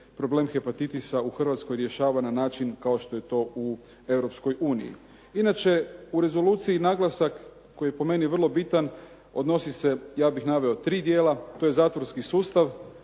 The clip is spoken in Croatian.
problem hepatitisa u Hrvatskoj rješava na način kao što je to u Europskoj uniji. Inače, u rezoluciji naglasak koji je po meni vrlo bitan odnosi se, ja bih naveo tri dijela, to je zatvorski sustav.